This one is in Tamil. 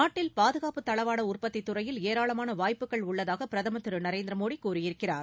நாட்டில் பாதுகாப்புத் தளவாட உற்பத்தித்துறையில் ஏராளமான வாய்ப்புகள் உள்ளதாக பிரதமர் திரு நரேந்திர மோடி கூறியிருக்கிறார்